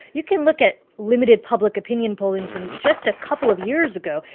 you can look at limited public opinion polling from just a couple of years ago.